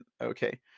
okay